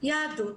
יהדות,